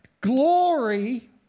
glory